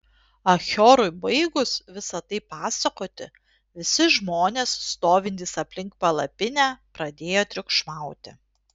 achiorui baigus visa tai pasakoti visi žmonės stovintys aplink palapinę pradėjo triukšmauti